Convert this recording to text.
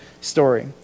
story